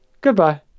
Goodbye